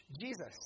Jesus